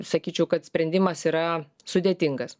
sakyčiau kad sprendimas yra sudėtingas